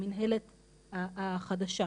המינהלת החדשה,